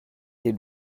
did